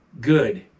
good